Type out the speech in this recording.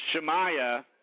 Shemaya